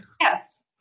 Yes